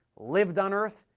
lived on earth,